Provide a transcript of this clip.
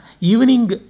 evening